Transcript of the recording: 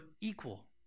equal